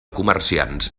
comerciants